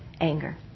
anger